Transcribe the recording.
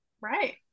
right